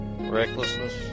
Recklessness